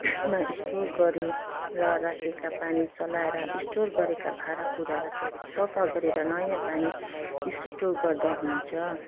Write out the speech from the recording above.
मा स्टोर गरेर राखेका पानी चलाएर स्टोर गरेका भाँडा कुँडाहरू स सफा गरेर नयाँ पानी स्टोर गर्दा हुन्छ